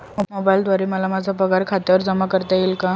मोबाईलद्वारे मला माझा पगार खात्यावर जमा करता येईल का?